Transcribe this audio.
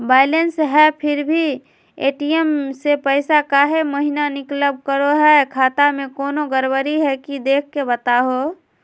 Balance है फिर भी भी ए.टी.एम से पैसा काहे महिना निकलब करो है, खाता में कोनो गड़बड़ी है की देख के बताहों?